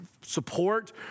support